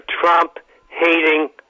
Trump-hating